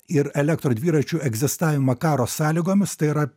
ir elektrodviračių egzistavimą karo sąlygomis tai yra